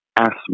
asthma